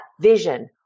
vision